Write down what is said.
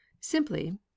simply